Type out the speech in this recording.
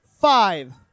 five